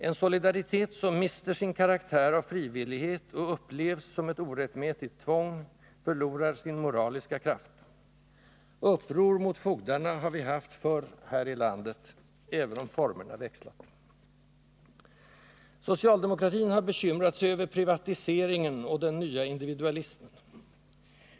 En ”solidaritet” som mister sin karaktär av frivillighet och upplevs som ett orättmätigt tvång förlorar sin moraliska kraft. Uppror mot fogdarna har vi haft förr här i landet, även om formerna växlat. Socialdemokratin har bekymrat sig över ”privatiseringen” och den nya individualismen.